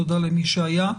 תודה למי שהיה,